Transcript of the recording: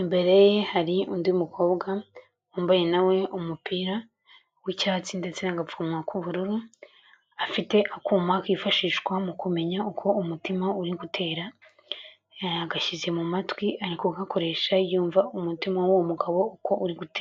imbere ye hari undi mukobwa wambaye na we umupira w'icyatsi ndetse agapfukamunwa k'ubururu. Afite akuma kifashishwa mu kumenya uko umutima uri gutera, yagashyize mu matwi ari kugakoresha yumva umutima w'uwo mugabo uko uri gute...